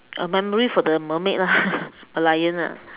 a memory for the mermaid lah Merlion lah